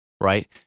right